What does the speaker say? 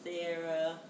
Sarah